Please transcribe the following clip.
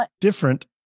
different